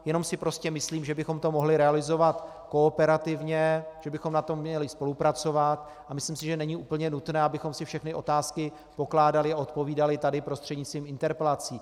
Jenom si prostě myslím, že bychom to mohli realizovat kooperativně, že bychom na tom měli spolupracovat, a myslím si, že není úplně nutné, abychom si všechny otázky pokládali a odpovídali tady prostřednictvím interpelací.